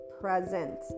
present